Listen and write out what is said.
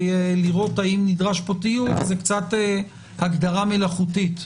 לראות האם נדרש פה טיוב זה קצת הגדרה מלאכותית.